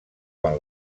quan